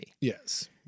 Yes